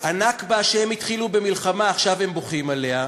הנכבה, הם התחילו במלחמה, עכשיו הם בוכים עליה,